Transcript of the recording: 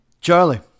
Charlie